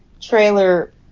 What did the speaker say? trailer